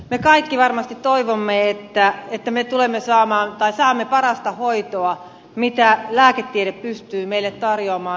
me kaikki varmasti toivomme että me saamme parasta hoitoa mitä lääketiede pystyy meille tarjoamaan